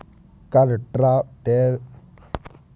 कर, टैरिफ और व्यापार के माध्यम में होने वाला एक मुख्य बदलाव हे